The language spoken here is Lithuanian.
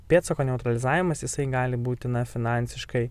pėdsako neutralizavimas jisai gali būti na finansiškai